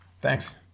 thanks